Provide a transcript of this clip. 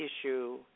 issue